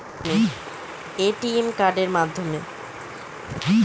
টাকা ব্যবহার না করে ট্রাভেলার্স চেক আদান প্রদানে ব্যবহার করা হয়